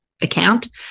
account